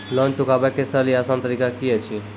Loan चुकाबै के सरल या आसान तरीका की अछि?